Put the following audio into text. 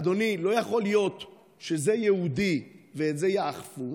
אדוני, לא יכול להיות שזה יהודי ואת זה יאכפו